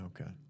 Okay